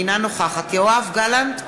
אינה נוכחת יואב גלנט,